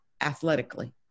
athletically